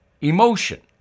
emotion